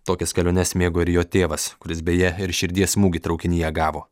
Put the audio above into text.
tokias keliones mėgo ir jo tėvas kuris beje ir širdies smūgį traukinyje gavo